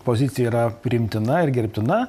pozicija yra priimtina ir gerbtina